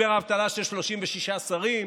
משבר אבטלה של 36 שרים,